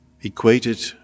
equated